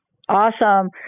Awesome